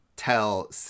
tell